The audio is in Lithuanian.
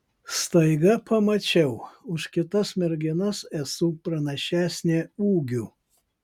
staiga pamačiau už kitas merginas esu pranašesnė ūgiu